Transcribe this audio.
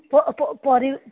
ପ ପ ପରି